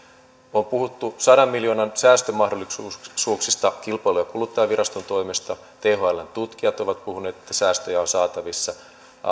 on puhuttu sadan miljoonan säästömahdollisuuksista kilpailu ja kuluttajaviraston toimesta thln tutkijat ovat puhuneet että säästöjä on saatavissa